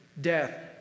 death